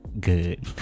good